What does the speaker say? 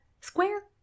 square